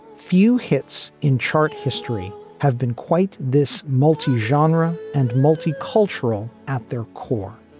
few hits in chart history have been quite this multi genre and multi-cultural at their core.